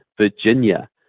Virginia